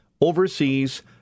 overseas